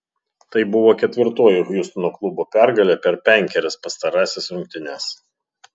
tai buvo ketvirtoji hjustono klubo pergalė per penkerias pastarąsias rungtynes